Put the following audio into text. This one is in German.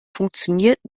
funktioniert